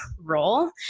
role